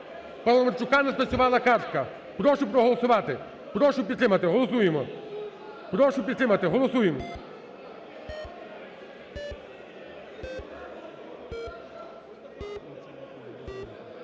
Паламарчука не спрацювала картка, прошу проголосувати, прошу підтримати. Голосуємо. Прошу підтримати, голосуємо.